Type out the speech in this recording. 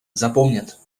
запомнят